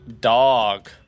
dog